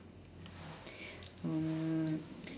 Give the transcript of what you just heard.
um